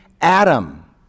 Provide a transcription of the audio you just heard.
Adam